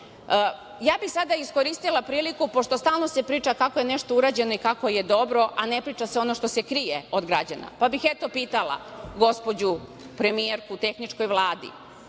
bih sada iskoristila priliku, pošto se stalno priča kako je nešto urađeno i kako je dobro, a ne priča se ono što se krije od građana, pa bih pitala gospođu premijerku u tehničkoj Vladi